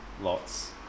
lots